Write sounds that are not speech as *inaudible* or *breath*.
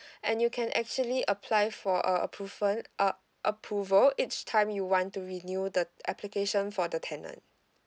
*breath* and you can actually apply for a approval uh approval each time you want to renew the application for the tenant